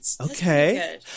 Okay